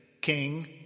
king